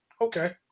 Okay